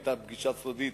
והיתה פגישה סודית